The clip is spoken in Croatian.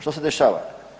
Što se dešava?